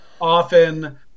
often